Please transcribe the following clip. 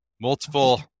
multiple